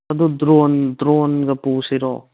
ꯑꯗꯨ ꯗ꯭ꯔꯣꯟ ꯗ꯭ꯔꯣꯟꯒ ꯄꯨꯁꯤꯔꯣ